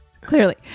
Clearly